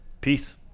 peace